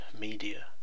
media